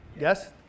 Yes